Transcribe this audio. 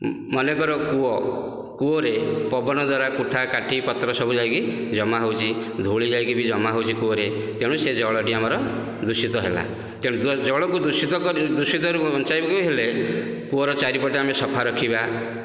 ମନେକର କୂଅ କୂଅରେ ପବନ ଦ୍ଵାରା କୁଟା କାଠି ପତ୍ର ସବୁ ଯାଇକି ଜମା ହେଉଛି ଧୁଳି ଯାଇକି ବି ଜମା ହେଉଛି କୂଅରେ ତେଣୁ ସେ ଜଳ ଟି ଆମର ଦୂଷିତ ହେଲା ତେଣୁ ଜଳକୁ ଦୂଷିତ କରି ଦୂଷିତରୁ ବଞ୍ଚେଇବାକୁ ହେଲେ କୂଅର ଚାରି ପଟ ଆମେ ସଫା ରଖିବା